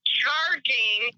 charging